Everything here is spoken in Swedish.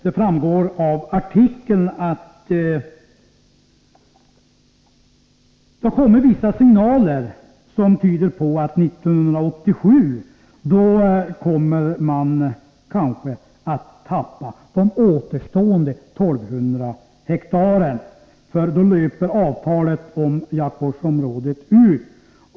Det framgår av artikeln att det har kommit vissa signaler som tyder på att man 1987 kanske kommer att tappa de återstående 1 200 hektaren — då löper avtalet om jaktvårdsområdet ut.